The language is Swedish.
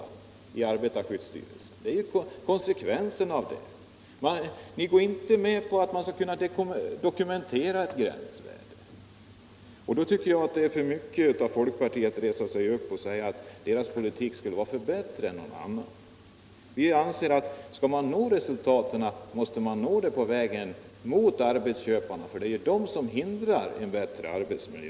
Ni går inte med på att ett gränsvärde dokumenteras. Mot den bakgrunden tycker jag att det är förmitet av folkpartiets representanter att ställa sig upp och säga att dess polivuk skulle vara bättre än något annat partis. Vi anser att man för att nå resultat måste gå emot arbetsköparna, ty det är de som hindrar en bättre arbetsmiljö.